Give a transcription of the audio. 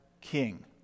king